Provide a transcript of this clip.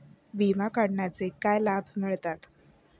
विमा काढण्याचे काय लाभ मिळतात?